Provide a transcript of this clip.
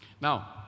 now